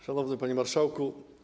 Szanowny Panie Marszałku!